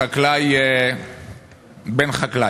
חקלאי בן חקלאי: